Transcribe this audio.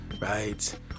right